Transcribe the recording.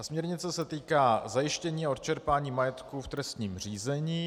Směrnice se týká zajištění a odčerpání majetku v trestním řízení.